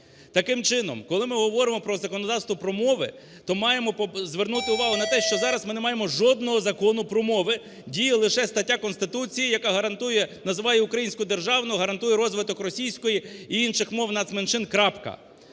Таким чином, коли ми говоримо про законодавство про мови, то маємо звернути увагу на те, що зараз ми не маємо жодного закону про мови, діє лише стаття Конституції, яка гарантує, називає українську державну, гарантує розвиток російської і інших мов нацменшин – крапка!